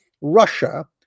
Russia